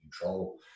control